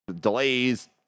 delays